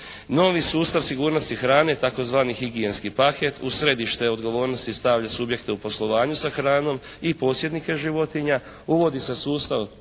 Novi sustav sigurnosti hrane tzv. higijenski paket u središte odgovornosti stavlja subjekte u poslovanju sa hranom i posjednike životinja. Uvodi se sustav